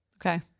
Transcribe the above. Okay